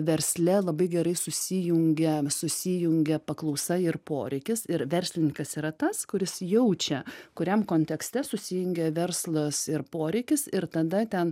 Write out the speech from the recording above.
versle labai gerai susijungia susijungia paklausa ir poreikis ir verslininkas yra tas kuris jaučia kuriam kontekste susijungia verslas ir poreikis ir tada ten